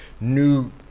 new